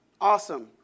awesome